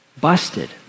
busted